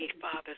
Father